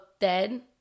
dead